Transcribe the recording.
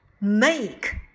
make